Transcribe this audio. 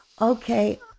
Okay